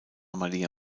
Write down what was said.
maria